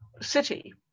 city